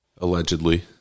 Allegedly